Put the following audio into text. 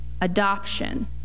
Adoption